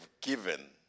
given